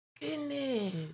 Goodness